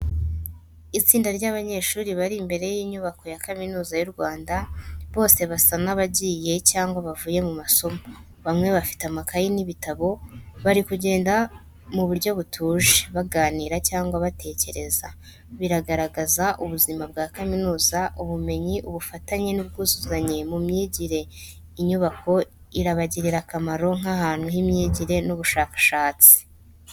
Itsinda ry’abanyeshuri bari imbere y’inyubako ya Kaminuza y’u Rwanda. Bose basa n’abagiye cyangwa bavuye mu masomo, bamwe bafite amakayi n’ibitabo. Bari kugenda mu buryo butuje, baganira cyangwa batekereza, bigaragaza ubuzima bwa kaminuza, ubumenyi, ubufatanye n’ubwuzuzanye mu myigire. Inyubako irabagirira akamaro nk’ahantu h’imyigire n’ubushakashatsi.